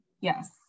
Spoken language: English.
Yes